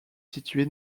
situé